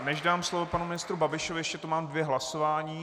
Než dám slovo panu ministru Babišovi, ještě mám dvě hlasování.